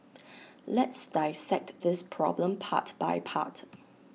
let's dissect this problem part by part